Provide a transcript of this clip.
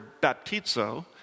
baptizo